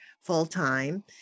full-time